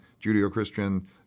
Judeo-Christian